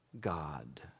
God